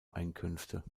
einkünfte